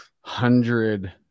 hundred